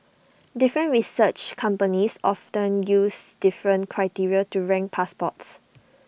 different research companies often use different criteria to rank passports